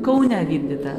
kaune vykdytą